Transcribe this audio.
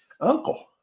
uncle